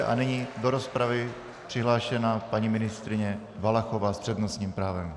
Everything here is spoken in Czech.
A nyní do rozpravy přihlášená paní ministryně Valachová s přednostním právem.